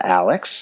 alex